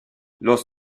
los